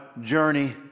journey